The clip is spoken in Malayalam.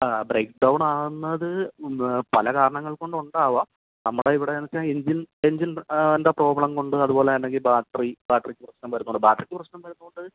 ആ ബ്രേക്ക്ഡൌൺ ആവുന്നത് പല കാരണങ്ങൾ കൊണ്ട് ഉണ്ടാവാം നമ്മുടെ ഇവിടെ എന്ന് വച്ചാൽ എഞ്ചിൻ എഞ്ചിൻ എന്താ പ്രോബ്ലം കൊണ്ട് അതുപോലെ അല്ലെങ്കിൽ ബാറ്ററി ബാറ്ററി പ്രശ്നം വരുന്നതുകൊണ്ട് ബാറ്ററിക്ക് പ്രശ്നം വരുന്നതുകൊണ്ട്